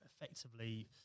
effectively